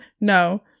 no